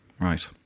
right